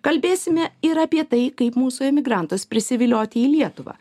kalbėsime ir apie tai kaip mūsų emigrantus prisivilioti į lietuvą